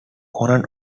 conan